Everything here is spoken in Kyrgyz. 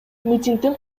митингдин